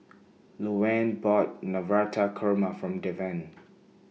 Louann bought Navratan Korma from Deven